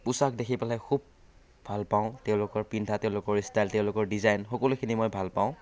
পোছাক দেখি পেলাই খুব ভাল পাওঁ তেওঁলোকৰ পিন্ধা তেওঁলোকৰ ষ্টাইল তেওঁলোকৰ ডিজাইন সকলোখিনি মই ভাল পাওঁ